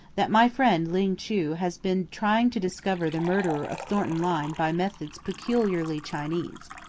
that my friend, ling chu, has been trying to discover the murderer of thornton lyne by methods peculiarly chinese.